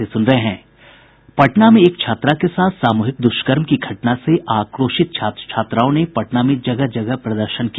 पटना में एक छात्रा के साथ सामूहिक दुष्कर्म की घटना से आक्रोशित छात्र छात्राओं ने पटना में जगह जगह प्रदर्शन किया